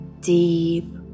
deep